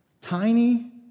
tiny